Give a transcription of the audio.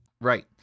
Right